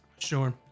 sure